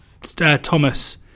Thomas